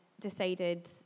decided